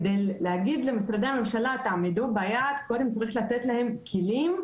כדי להגיד למשרדי הממשלה תעמדו ביעד - צריך קודם לתת להם כלים,